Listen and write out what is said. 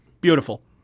beautiful